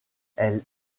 elle